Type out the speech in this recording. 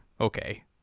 okay